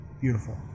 beautiful